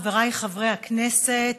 חבריי חברי הכנסת,